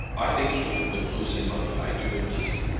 i think hugh had been losing money i do indeed.